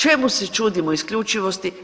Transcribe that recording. Čemu se čudimo isključivosti?